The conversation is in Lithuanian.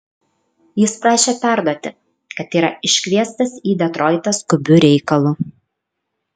jis prašė perduoti kad yra iškviestas į detroitą skubiu reikalu